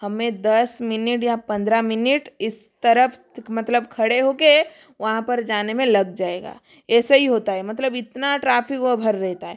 हमें दस मिनट या पंद्रह मिनट इस तरफ मतलब खड़े होके वहाँ पर जाने में लग जाएगा ऐसा ही होता है मतलब इतना ट्राफिक वहाँ भरा रहता है